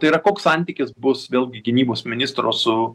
tai yra koks santykis bus vėlgi gynybos ministro su